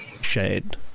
shade